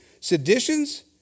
Seditions